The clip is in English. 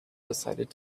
decided